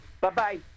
Bye-bye